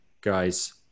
guys